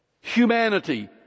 Humanity